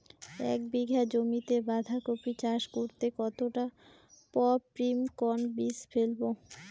এক বিঘা জমিতে বাধাকপি চাষ করতে কতটা পপ্রীমকন বীজ ফেলবো?